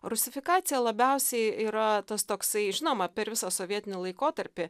rusifikacija labiausiai yra tas toksai žinoma per visą sovietinį laikotarpį